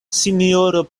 sinjoro